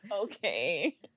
Okay